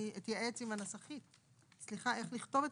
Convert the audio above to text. אני אתייעץ עם הנסחית איך לכתוב את